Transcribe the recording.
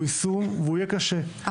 הוא יישום והוא יהיה קשה,